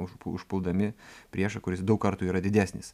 užpu užpuldami priešą kuris daug kartų yra didesnis